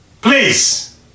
Please